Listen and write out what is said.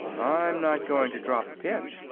i'm not going to drop a pin,